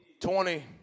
Twenty